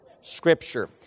scripture